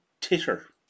titter